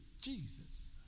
Jesus